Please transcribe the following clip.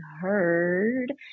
heard